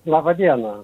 labą dieną